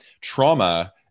trauma